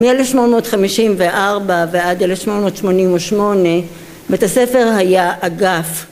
מ-1854 ועד 1888 בית הספר היה אגף